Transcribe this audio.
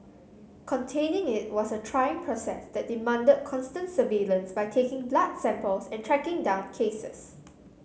containing it was a trying process that demanded constant surveillance by taking blood samples and tracking down cases